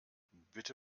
bitte